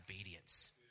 obedience